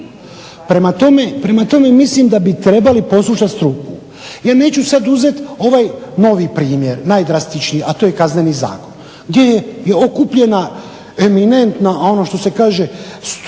Prema tome mislim da bi trebali poslušati struku. Ja neću sad uzeti ovaj novi primjer, najdrastičniji, a to je Kazneni zakon gdje je okupljena eminentna ono